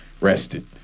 rested